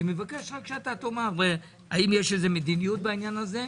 אני מבקש שאתה תאמר האם יש מדיניות בעניין הזה,